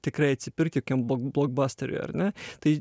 tikrai atsipirkti kokiam blok blokbasteriui ar ne tai